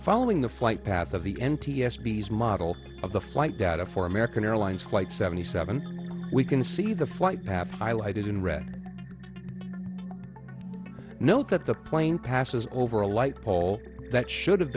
following the flight path of the n t s b as model of the flight data for american airlines flight seventy seven we can see the flight path highlighted in red note that the plane passes over a light pole that should have